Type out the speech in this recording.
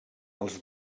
els